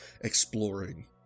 exploring